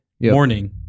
morning